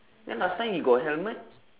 then last time he got helmet